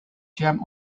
jam